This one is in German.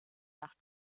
nach